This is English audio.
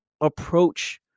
approach